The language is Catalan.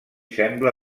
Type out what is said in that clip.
sembla